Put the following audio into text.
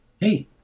Hey